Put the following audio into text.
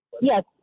Yes